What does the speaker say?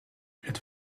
het